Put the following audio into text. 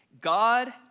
God